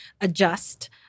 adjust